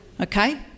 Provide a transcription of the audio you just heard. Okay